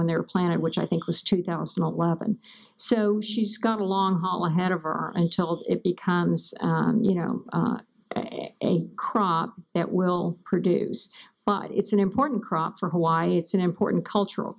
when their planet which i think was two thousand and eleven so she's got a long haul ahead of her until it becomes you know a crop that will produce but it's an important crop for hawaii it's an important cultural